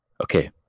Okay